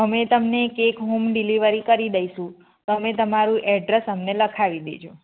અમે તમને cake home delivery કરી દઇશું તમે તમારું એડ્રેસ અમને લખાવી દેજો